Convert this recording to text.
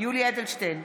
יולי יואל אדלשטיין,